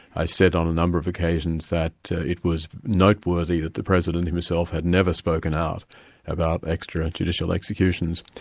i said on a number of occasions that it was noteworthy that the president himself had never spoken out about extrajudicial executions.